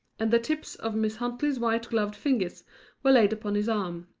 and the tips of miss huntley's white-gloved fingers were laid upon his arm.